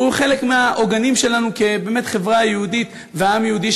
והוא חלק מהעוגנים שלנו כחברה יהודית ועם יהודי,